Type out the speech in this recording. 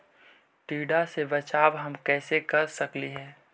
टीडा से बचाव हम कैसे कर सकली हे?